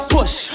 Push